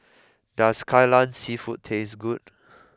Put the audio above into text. does Kai Lan seafood taste good